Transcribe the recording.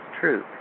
true